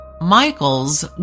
Michael's